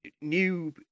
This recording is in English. new